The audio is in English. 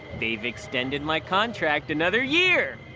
they've extended my contract another year!